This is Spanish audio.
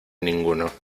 ninguno